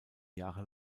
jahre